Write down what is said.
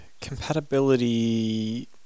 Compatibility